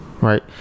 right